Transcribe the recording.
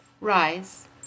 Rise